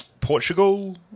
Portugal